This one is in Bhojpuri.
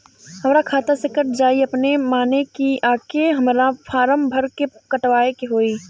हमरा खाता से कट जायी अपने माने की आके हमरा फारम भर के कटवाए के होई?